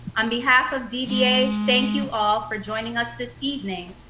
on behalf of dba, thank you all for joining us this evening,